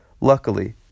Luckily